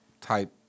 type